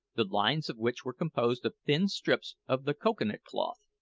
the lines of which were composed of thin strips of the cocoa-nut cloth,